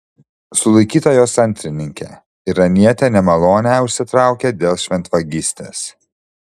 sulaikyta jos antrininkė iranietė nemalonę užsitraukė dėl šventvagystės